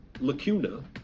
lacuna